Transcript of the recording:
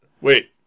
wait